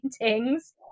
paintings